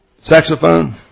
Saxophone